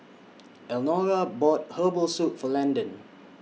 Elnora bought Herbal Soup For Landyn